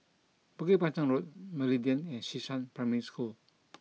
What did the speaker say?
Bukit Panjang Road Meridian and Xishan Primary School